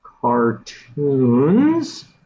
Cartoons